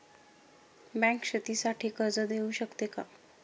Bank शेतीसाठी कर्ज देऊ शकते का?